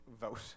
vote